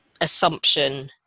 assumption